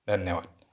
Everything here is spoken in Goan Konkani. धन्यवाद